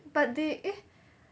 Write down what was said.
but they eh